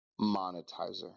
monetizer